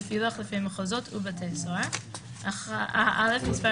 בפילוח לפי מחוזות ובתי סוהר:(א) מספר